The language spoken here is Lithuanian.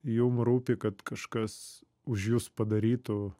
jum rūpi kad kažkas už jus padarytų